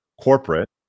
corporate